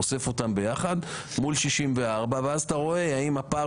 אוסף אותם ביחד מול 64 ואז אתה רואה האם הפער